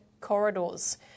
corridors